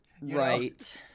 right